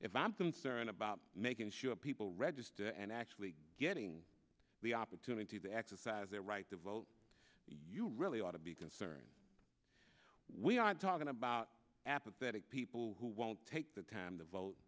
if i'm concerned about making sure people register and actually getting the opportunity to exercise their right to vote you really ought to be concerned we aren't talking about apathetic people who won't take the time to vote